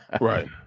Right